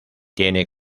tiene